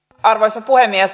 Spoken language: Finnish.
arvoisa puhemies